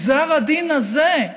את גזר הדין הזה,